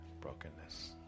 brokenness